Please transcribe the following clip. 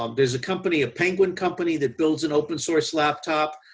um there's a company, a penguin company, that builds an open source laptop.